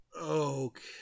Okay